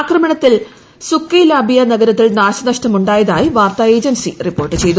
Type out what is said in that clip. ആക്രമണത്തിൽ സുക്കൈലാബിയ നഗരത്തിൽ നാശനഷ്ടമുണ്ടായതായി വാർത്താ ഏജൻസി റിപ്പോർട്ട് ചെയ്തു